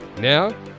Now